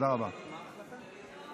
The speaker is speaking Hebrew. תכף הוא ידבר עליך עוד פעם.